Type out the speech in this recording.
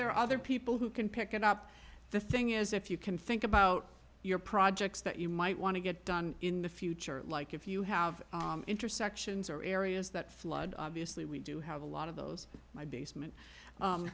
there are other people who can pick it up the thing is if you can think about your projects that you might want to get done in the future like if you have intersections or areas that flood obviously we do have a lot of those my basement